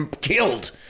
killed